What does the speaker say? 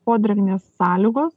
podrėgmės sąlygos